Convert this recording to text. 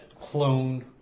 clone